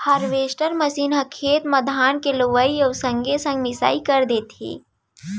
harvester machine ह खेते म धान के लुवई अउ संगे संग मिंसाई कर देथे